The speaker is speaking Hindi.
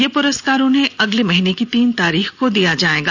यह प्रस्कार उन्हें अगले महीने की तीन तारीख को दिया जाएगा